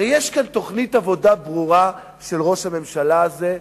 הרי יש כאן תוכנית עבודה ברורה של ראש הממשלה הזה,